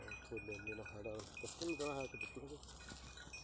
ಜ್ವಾಳಾ ಆದ್ಮೇಲ ಯಾವ ಬೆಳೆ ಬೆಳೆದ್ರ ಛಲೋ ಫಸಲ್ ಬರತೈತ್ರಿ?